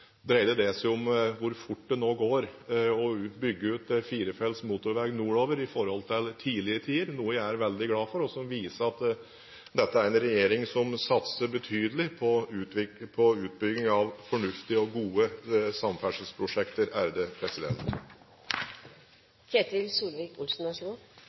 det seg om hvor fort det nå går å bygge ut firefelts motorvei nordover i forhold til i tidligere tider – noe jeg er veldig glad for, og som viser at dette er en regjering som satser betydelig på utbygging av fornuftige og gode samferdselsprosjekter.